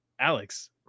Alex